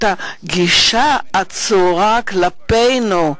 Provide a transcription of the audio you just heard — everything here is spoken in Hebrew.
אותה גישה עצורה כלפינו,